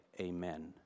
amen